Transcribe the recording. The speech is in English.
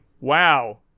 Wow